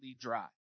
dry